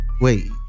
wait